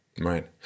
Right